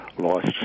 lost